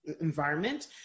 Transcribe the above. environment